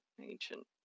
ancient